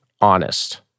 honest